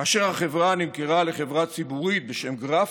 כאשר החברה נמכרה לחברה ציבורית בשם גרפטק,